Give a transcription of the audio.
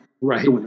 Right